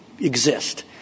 exist